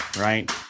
right